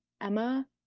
Emma